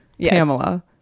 Pamela